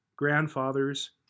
grandfathers